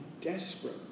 desperate